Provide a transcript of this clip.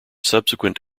subsequent